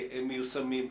מיושמים.